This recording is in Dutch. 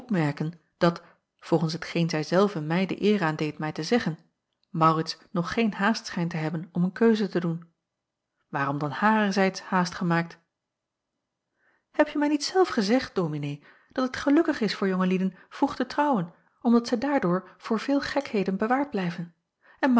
opmerken dat volgens hetgeen zij zelve mij de eer aandeed mij te zeggen maurits nog geen haast schijnt te hebben om een keuze te doen waarom dan harerzijds haast gemaakt hebje mij niet zelf gezegd dominee dat het gelukkig is voor jonge lieden vroeg te trouwen omdat zij daardoor voor veel gekheden bewaard blijven